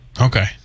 Okay